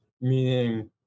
meaning